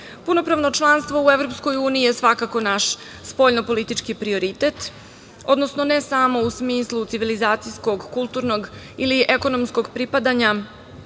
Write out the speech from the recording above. zemlju. Punopravno članstvo u EU je svakako naš spoljno-politički prioritet, odnosno ne samo u smislu civilizacijskog, kulturnog ili ekonomskog pripadanja